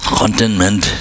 contentment